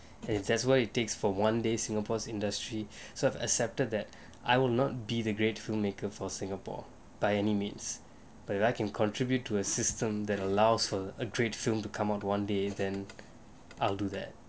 it's just what it takes for one day singapore's industry so I've accepted that I will not be the great filmmaker for singapore by any means but I can contribute to a system that allows for a great film to come out one day then I'll do that